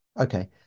okay